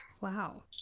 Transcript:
Wow